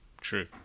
True